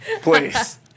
Please